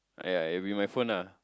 !aiya! you be my phone lah